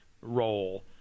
role